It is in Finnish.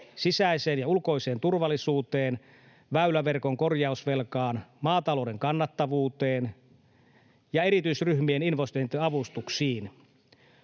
sisäiseen ja ulkoiseen turvallisuuteen, väyläverkon korjausvelkaan, maatalouden kannattavuuteen ja erityisryhmien investointiavustuksiin.